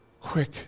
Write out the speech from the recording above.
quick